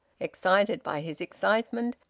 excited by his excitement,